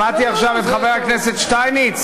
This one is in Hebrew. שמעתי עכשיו את חבר הכנסת שטייניץ,